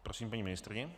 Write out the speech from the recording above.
Prosím paní ministryni.